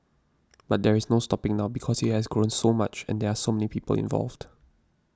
but there is no stopping now because it has grown so much and there are so many people involved